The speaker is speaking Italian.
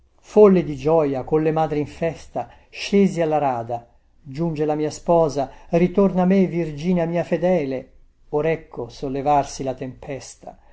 folle di gioia con le madri in festa scesi alla rada giunge la mia sposa ritorna a me virginia mia fedele or ecco sollevarsi la tempesta